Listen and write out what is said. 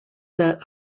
that